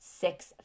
six